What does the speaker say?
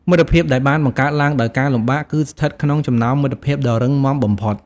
មិត្តភាពដែលបានបង្កើតឡើងដោយការលំបាកគឺស្ថិតក្នុងចំណោមមិត្តភាពដ៏រឹងមាំបំផុត។